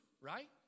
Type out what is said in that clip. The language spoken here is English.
right